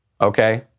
okay